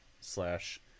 slash